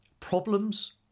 problems